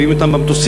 מביאים אותן במטוסים,